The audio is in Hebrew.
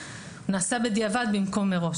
נעשה בדיעבד במקום מראש.